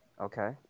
Okay